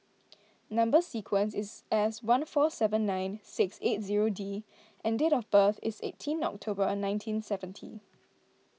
Number Sequence is S one four seven nine six eight zero D and date of birth is eighteen October nineteen seventy